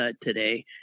today